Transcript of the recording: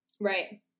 right